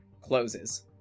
closes